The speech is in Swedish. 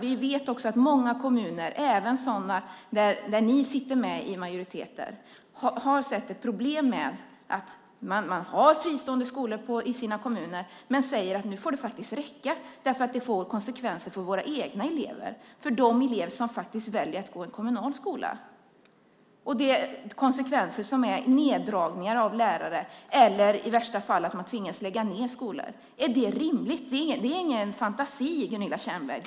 Vi vet att många kommuner, även sådana där ni sitter med i majoriteten, har sett problem. Man har fristående skolor i sina kommuner men säger att det nu får räcka därför att det får konsekvenser för de elever som väljer att gå i kommunal skola. Konsekvensen blir neddragningar av lärare eller i värsta fall att man tvingas lägga ned skolor. Är det rimligt? Det är ingen fantasi, Gunilla Tjernberg.